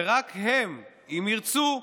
ורק הם, אם ירצו,